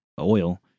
oil